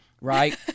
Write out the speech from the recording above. Right